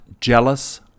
jealous